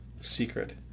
secret